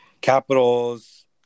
Capitals